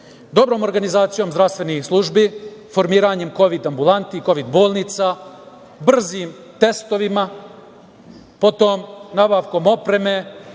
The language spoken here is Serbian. brojku. Dobrom organizacijom zdravstvenih službi, formiranjem Kovid ambulanti i Kovid bolnica, brzim testovima, potom nabavkom opreme